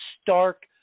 stark